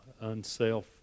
unself